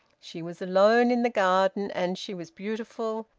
she was alone in the garden, and she was beautiful,